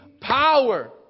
power